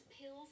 pills